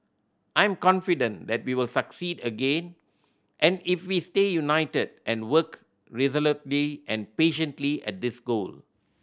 I'm confident that we will succeed again and if we stay united and work resolutely and patiently at this goal